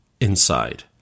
inside